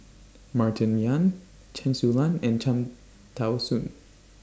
Martin Yan Chen Su Lan and Cham Tao Soon